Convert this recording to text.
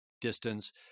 distance